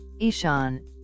Ishan